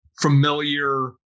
familiar